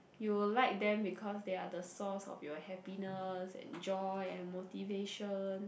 you will like them because they're the source of your happiness and joy and motivation